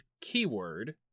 keyword